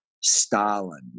Stalin